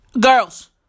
girls